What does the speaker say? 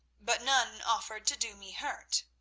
but none offered to do me hurt.